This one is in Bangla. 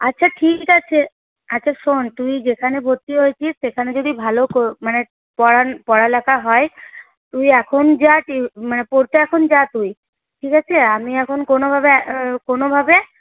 আচ্ছা ঠিক আছে আচ্ছা শোন তুই যেখানে ভর্তি হয়েছিস সেখানে যদি ভালো মানে পড়ান পড়ালেখা হয় তুই এখন যা পড়তে এখন যা তুই ঠিক আছে আমি এখন কোনোভাবে কোনোভাবে